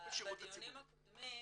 בדיונים הקודמים